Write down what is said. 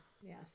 Yes